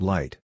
Light